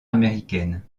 américaine